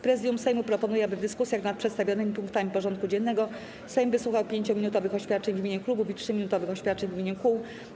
Prezydium Sejmu proponuje, aby w dyskusjach nad przedstawionymi punktami porządku dziennego Sejm wysłuchał 5-minutowych oświadczeń w imieniu klubów i 3-minutowych oświadczeń w imieniu kół.